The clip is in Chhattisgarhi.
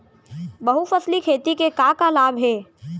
बहुफसली खेती के का का लाभ हे?